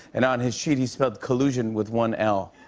and on his sheet, he spelled collusion with one l.